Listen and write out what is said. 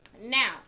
Now